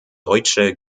deutsche